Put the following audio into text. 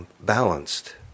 balanced